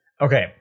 Okay